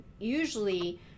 usually